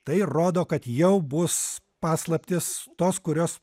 tai rodo kad jau bus paslaptys tos kurios